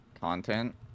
content